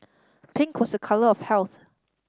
pink was a colour of health